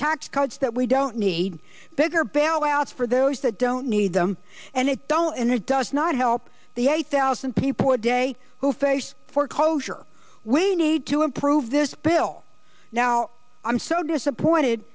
tax cuts that we don't need bigger bailouts for those that don't need them and they don't and it does not help the eight thousand people a day who face foreclosure when they need to improve this bill now i'm so disappointed